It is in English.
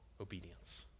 obedience